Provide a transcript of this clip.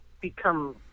become